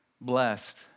blessed